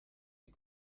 die